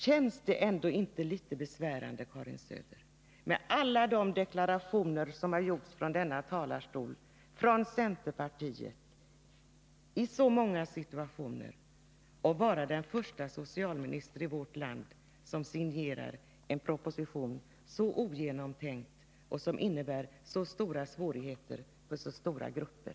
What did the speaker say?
Känns det ändå inte litet besvärande, Karin Söder, att — efter alla deklarationer som gjorts av centerpartister från denna talarstol, vid så många tillfällen — vara den första socialministern i vårt land som signerar en proposition som är så ogenomtänkt och som innebär så stora svårigheter för så betydande grupper?